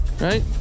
right